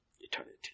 Eternity